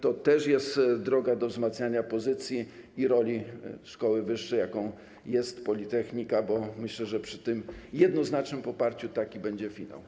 To też jest droga do wzmacniania pozycji i roli szkoły wyższej, jaką jest politechnika, bo myślę, że przy tym jednoznacznym poparciu taki będzie finał.